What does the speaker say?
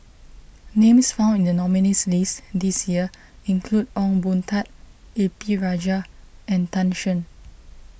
names found in the nominees' list this year include Ong Boon Tat A P Rajah and Tan Shen